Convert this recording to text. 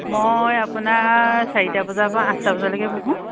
মই আপোনাৰ চাৰিটা বজাৰ পৰা আঠটা বজালৈকে বহোঁ